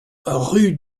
rue